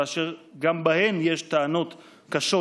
ואשר גם בהן יש טענות קשות,